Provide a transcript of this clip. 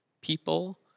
people